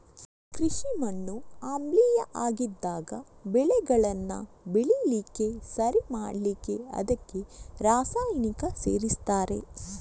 ಕೃಷಿ ಮಣ್ಣು ಆಮ್ಲೀಯ ಆಗಿದ್ದಾಗ ಬೆಳೆಗಳನ್ನ ಬೆಳೀಲಿಕ್ಕೆ ಸರಿ ಮಾಡ್ಲಿಕ್ಕೆ ಅದಕ್ಕೆ ರಾಸಾಯನಿಕ ಸೇರಿಸ್ತಾರೆ